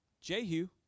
Jehu